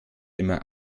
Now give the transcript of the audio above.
immer